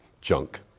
junk